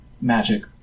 magic